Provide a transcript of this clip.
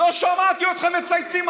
לא שמעתי אתכם מצייצים.